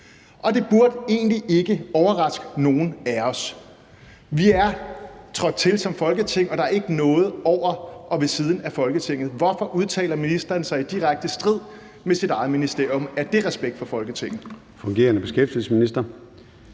Det burde egentlig ikke overraske nogen af os. Vi er trådt til som Folketing, og der er ikke noget over og ved siden af Folketinget. Hvorfor udtaler den fungerende minister sig i direkte modstrid med sit eget ministerium? Er det respekt for Folketinget?